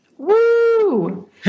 Woo